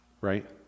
right